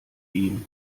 ihm